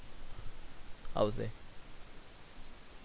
I would say